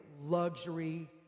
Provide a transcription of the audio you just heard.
luxury